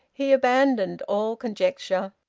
he abandoned all conjecture.